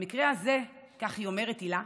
במקרה הזה, כך אומרת הילה,